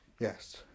Yes